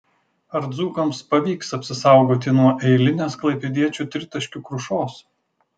ar dzūkams pavyks apsisaugoti nuo eilinės klaipėdiečių tritaškių krušos